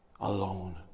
alone